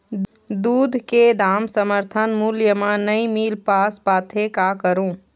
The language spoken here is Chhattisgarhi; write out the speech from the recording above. दूध के दाम समर्थन मूल्य म नई मील पास पाथे, का करों?